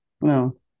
no